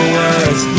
words